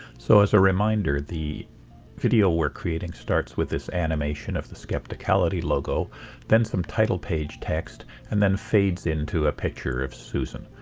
so as a reminder the video we're creating starts with this animation of the skepticality logo then some title page text and then fades into a picture of susan.